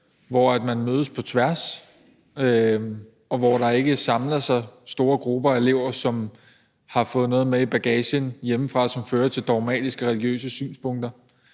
hvor man mødes på tværs, og hvor der ikke samler sig store grupper af elever, som har fået noget med i bagagen hjemmefra, som fører til dogmatiske religiøse synspunkter.